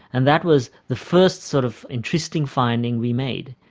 and that was the first sort of interesting finding we made.